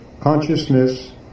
Consciousness